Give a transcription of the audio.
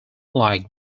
like